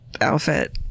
outfit